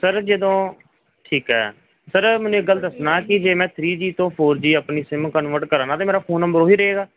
sir ਜਦੋਂ ਠੀਕ ਹੈ ਸਰ ਮੈਨੂੰ ਇੱਕ ਗੱਲ ਦੱਸਣਾ ਕਿ ਜੇ ਮੈਂ ਥਰੀ ਜੀ ਤੋਂ ਫੋਰ ਜੀ ਆਪਣੀ ਸਿੰਮ ਕਨਵਰਟ ਕਰਾਉਨਾ ਤਾਂ ਮੇਰਾ ਫੋਨ ਨੰਬਰ ਉਹੀ ਰਹੇਗਾ